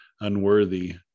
unworthy